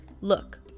Look